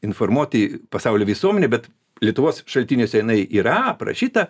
informuoti pasaulį visuomenę bet lietuvos šaltiniuose jinai yra aprašyta